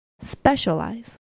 Specialize